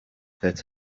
that